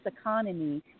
economy